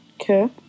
Okay